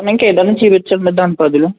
ఇంకేదన్నా చూపించండి దాని బదులు